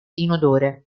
inodore